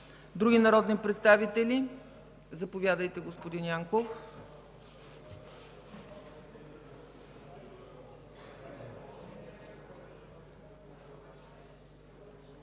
Други народни представители? Заповядайте, господин Янков.